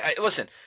listen